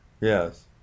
Yes